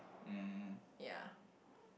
ya